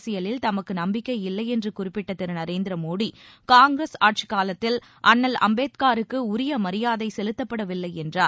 அரசியலில் நம்பிக்கை இல்லையென்று தமக்கு சாகி குறிப்பிட்ட திரு நரேந்திர மோடி காங்கிரஸ் ஆட்சிக் காலத்தில் அண்ணல் அம்பேத்கருக்கு உரிய மரியாதை செலுத்தப்படவில்லை என்றார்